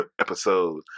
Episode